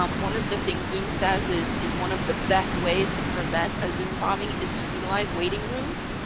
um one of the things zoom says is is one of the best ways to prevent a zoom bombing is to utilize waiting rooms,